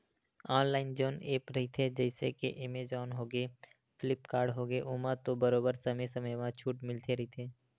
online जउन app रहिथे जइसे के एमेजॉन होगे, फ्लिपकार्ट होगे ओमा तो बरोबर समे समे म छूट मिलते रहिथे